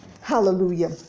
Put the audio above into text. Hallelujah